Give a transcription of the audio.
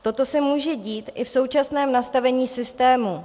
Toto se může dít i v současném nastavení systému.